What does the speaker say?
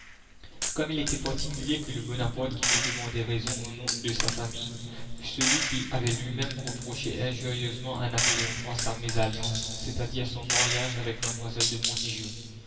comme il était particulier que le bonaparte qui me demandait raison au nom de sa famille fût celui qui avait lui-même reproché injurieusement à la commune napoléon iii sa mésalliance c'est-à-dire son mariage avec mademoiselle de montijo